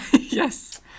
Yes